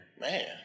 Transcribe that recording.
Man